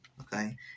okay